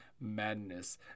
Madness